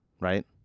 right